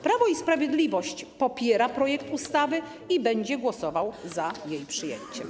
Prawo i Sprawiedliwość popiera projekt ustawy i będzie głosowało za jej przyjęciem.